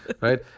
right